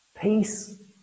Peace